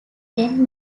ten